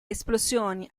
esplosioni